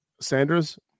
Sanders